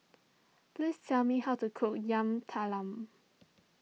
please tell me how to cook Yam Talam